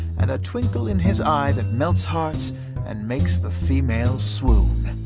and a twinkle in his eye that melts hearts and makes the females swoon.